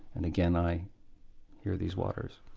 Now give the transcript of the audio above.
and again i hear these waters.